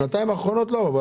בשנתיים האחרונות לא.